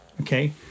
okay